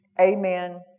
Amen